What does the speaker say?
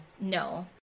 no